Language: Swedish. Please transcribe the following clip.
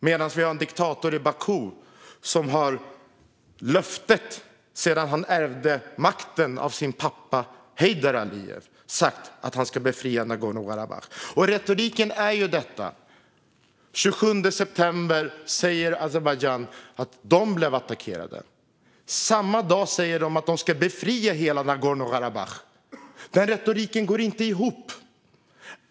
I Baku har vi en diktator som sedan han ärvde makten av sin pappa Gejdar Alijev har lovat att han ska befria Nagorno-Karabach. Retoriken är denna: Den 27 september säger Azerbajdzjan att de blev attackerade. Samma dag säger de att de ska befria hela Nagorno-Karabach. Den retoriken går inte ihop.